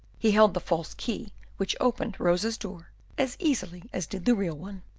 he held the false key which opened rosa's door as easily as did the real one.